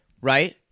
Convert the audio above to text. Right